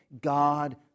God